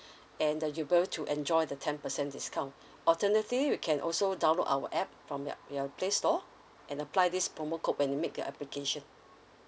and uh you be able to enjoy the ten percent discount alternatively you can also download our app from your your playstore and apply this promo~ code when you make your application